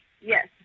Yes